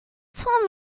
tell